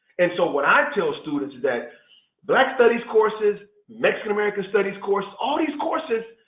and so what i tell students is that black studies courses, mexican american studies courses, all these courses,